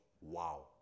Wow